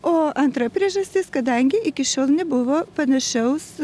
o antra priežastis kadangi iki šiol nebuvo panašaus